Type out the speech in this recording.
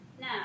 Now